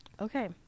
Okay